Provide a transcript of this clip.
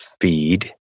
feed